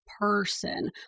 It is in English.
person